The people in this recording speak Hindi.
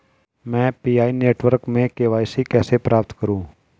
मैं पी.आई नेटवर्क में के.वाई.सी कैसे प्राप्त करूँ?